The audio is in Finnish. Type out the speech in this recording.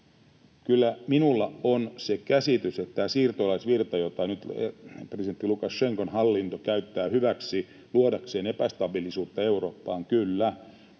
Kyllä minulla on se käsitys, että tätä siirtolaisvirtaa nyt presidentti Lukašenkan hallinto käyttää hyväksi luodakseen epästabiilisuutta Eurooppaan, kyllä,